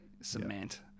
cement